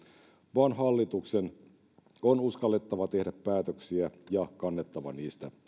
vaan hallituksen on uskallettava tehdä päätöksiä ja kannettava niistä